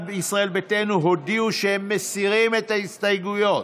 ישראל ביתנו הודיעו שהן מסירות את ההסתייגויות.